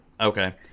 okay